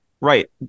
right